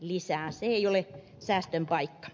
se ei ole säästön paikka